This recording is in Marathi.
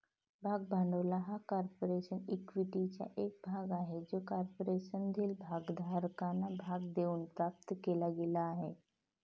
भाग भांडवल हा कॉर्पोरेशन इक्विटीचा एक भाग आहे जो कॉर्पोरेशनमधील भागधारकांना भाग देऊन प्राप्त केला गेला आहे